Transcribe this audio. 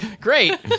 great